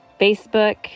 Facebook